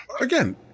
again